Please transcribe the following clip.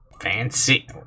fancy